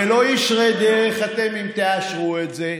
ולא ישרי דרך אתם אם תאשרו את זה,